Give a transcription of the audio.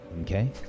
Okay